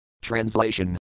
Translation